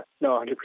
no